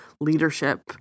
leadership